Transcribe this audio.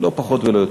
לא פחות ולא יותר.